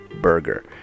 burger